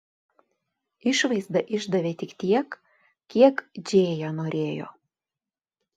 išvaizda išdavė tik tiek kiek džėja norėjo